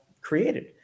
created